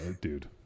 dude